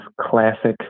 classic